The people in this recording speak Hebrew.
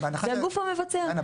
זה הגוף המבצע.